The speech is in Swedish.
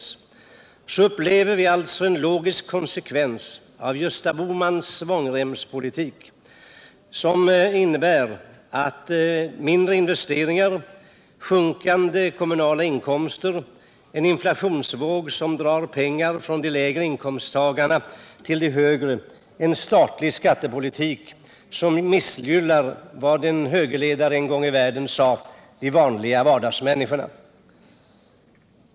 Så upplever vi alltså en logisk konsekvens av Gösta Bohmans svångremspolitik, som innebär mindre investeringar, sjunkande kommunala inkomster, en inflationsvåg som drar pengar från de lägre inkomsttagarna till de högre och en statlig skattepolitik som missgynnar vad en högerledare en gång i tiden kallade de vanliga vardagsmänniskorna.